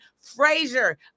Frazier